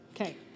Okay